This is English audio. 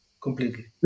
completely